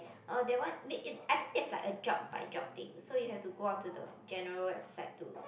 uh that one it I think that's like a job by job thing so you have to go on to the general website to